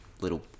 little